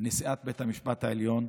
מפעל חייה.